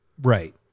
Right